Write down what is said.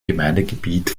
gemeindegebiet